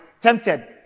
tempted